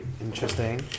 interesting